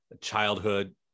childhood